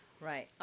Right